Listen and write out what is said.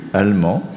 allemand